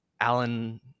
Alan